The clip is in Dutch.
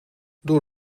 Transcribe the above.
door